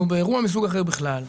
אנחנו באירוע מסוג אחר בכלל,